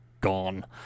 gone